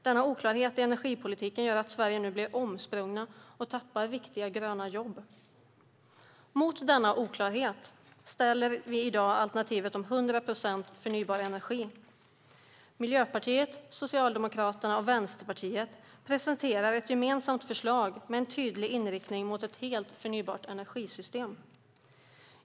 Denna oklarhet i energipolitiken gör att Sverige nu blir omsprunget och tappar viktiga gröna jobb. Mot denna oklarhet ställer vi i dag alternativet om 100 procent förnybar energi. Miljöpartiet, Socialdemokraterna och Vänsterpartiet presenterar ett gemensamt förslag med en tydlig inriktning på ett helt förnybart energisystem.